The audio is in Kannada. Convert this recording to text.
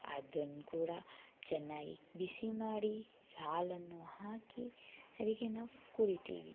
ಅದನ್ನು ಕೂಡ ಚನ್ನಾಗಿ ಬಿಸಿ ಮಾಡಿ ಸಹ ಹಾಲನ್ನು ಹಾಕಿ ಅದಕ್ಕೆ ನಾವು ಕುಡಿತೀವಿ